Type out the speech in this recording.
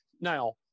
Now